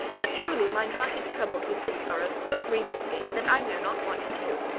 but truly mine heart is troubled with this sorrow so grievously, that i know not what to do.